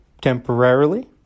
temporarily